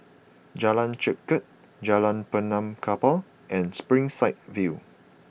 Jalan Chengkek Jalan Benaan Kapal and Springside View